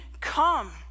come